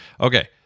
Okay